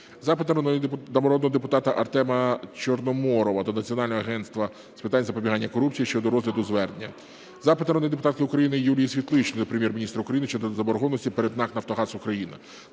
Запит народного депутата Артема Чорноморова до Національного агентства з питань запобігання корупції щодо розгляду звернення. Запит народної депутатки України Юлії Світличної до Прем'єр-міністра України щодо заборгованості перед НАК "Нафтогаз України".